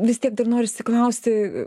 vis tiek dar norisi klausti